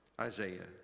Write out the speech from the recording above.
Isaiah